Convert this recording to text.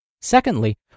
Secondly